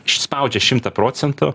išspaudžia šimtą procentų